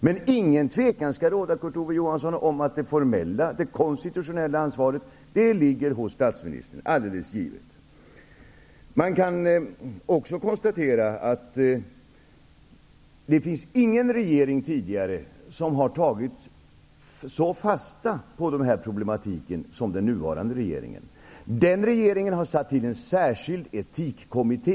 Men inget tvivel skall råda om att det konstitutionella ansvaret ligger hos statsministern -- det är helt givet. Det kan också konstateras att inte någon regering tidigare har tagit fasta på den här problematiken så som den nuvarande regeringen har gjort. Denna regering har satt till en särskild etikkommitté.